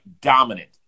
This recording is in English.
dominant